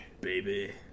Baby